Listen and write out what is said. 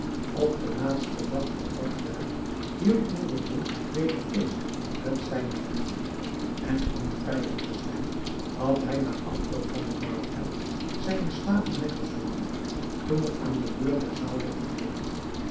op den laatsten dag van dat jaar hield noureddin weder feest met zijne vrienden en om vrijer te zijn had hij na afloop van den maaltijd zijne slaven weggezonden toen er aan de deur der zaal werd getikt